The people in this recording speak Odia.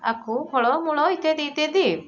ଆଖୁ ଫଳ ମୂଳ ଇତ୍ୟାଦି ଇତ୍ୟାଦି